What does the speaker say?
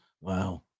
Wow